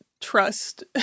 trust